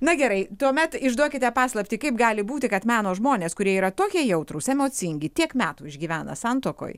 na gerai tuomet išduokite paslaptį kaip gali būti kad meno žmonės kurie yra tokie jautrūs emocingi tiek metų išgyvena santuokoj